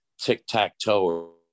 tic-tac-toe